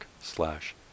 slash